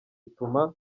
ituma